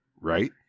Right